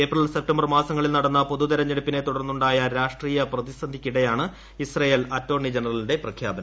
April September മാസങ്ങളിൽ നടന്ന പൊതുതെരഞ്ഞെടുപ്പിനെ തുടർന്നുണ്ടായ രാഷ്ട്രീയ പ്രതിസന്ധിയ്ക്കിടെയാണ് ഇസ്രയേൽ അറ്റോർണി ജനറലിന്റെ പ്രഖ്യാപനം